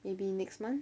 maybe next month